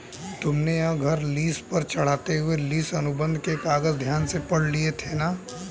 तुमने यह घर लीस पर चढ़ाते हुए लीस अनुबंध के कागज ध्यान से पढ़ लिए थे ना?